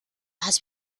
had